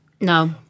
No